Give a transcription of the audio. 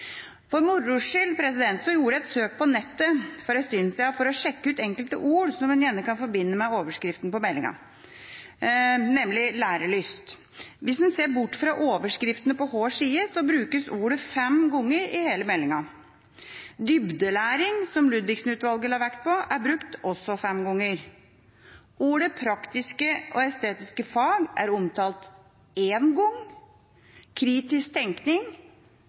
For moro skyld gjorde jeg et søk på nettet for en stund siden for å sjekke ut enkelte ord som en gjerne kan forbinde med overskriften på meldinga, nemlig «lærelyst». Hvis en ser bort fra overskriftene på hver side, brukes ordet fem ganger i hele meldinga. «Dybdelæring», som Ludvigsen-utvalget la vekt på, er også brukt fem ganger. Ordene «praktisk-estetiske fag» er omtalt én gang, «kritisk tenkning»